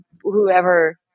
whoever